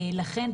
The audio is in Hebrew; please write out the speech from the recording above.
לכן,